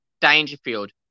Dangerfield